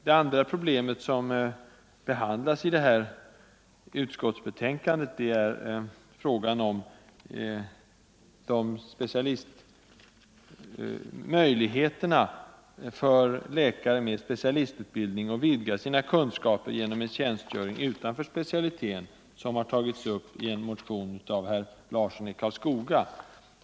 Det andra problemet som behandlas i detta utskottsbetänkande är frågan om möjligheterna för läkare med specialistutbildning att vidga sina kunskaper genom tjänstgöring utanför specialiteten, som har tagits upp i en motion av herr Larsson i Karlskoga.